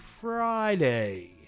Friday